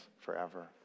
forever